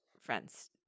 friends